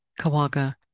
Kawaga